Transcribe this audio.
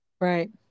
Right